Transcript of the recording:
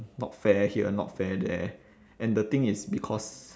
not fair here not fair there and the thing is because